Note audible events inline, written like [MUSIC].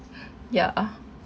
[BREATH] ya ah